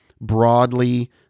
broadly